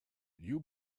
you